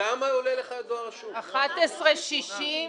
11.60 שח.